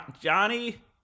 Johnny